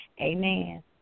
Amen